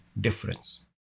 difference